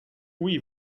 oui